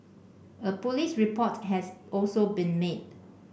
a police report has also been made